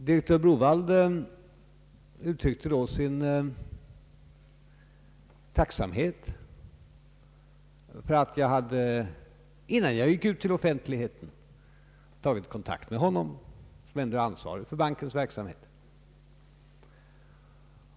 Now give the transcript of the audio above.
Direktör Browaldh uttryckte då sin tacksamhet för att jag, innan jag gick ut till offentligheten, tagit kontakt med honom som hade ansvaret för bankens verksamhet.